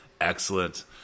Excellent